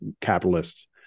capitalists